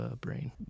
brain